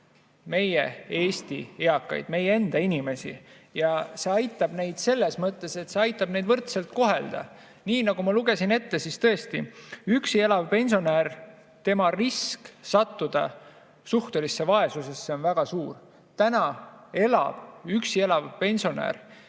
meie Eesti eakaid, meie enda inimesi ja seda selles mõttes, et see aitab neid võrdselt kohelda. Nii nagu ma lugesin ette, tõesti, üksi elava pensionäri risk sattuda suhtelisse vaesusesse on väga suur. Täna elab üksi elav pensionär